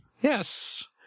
Yes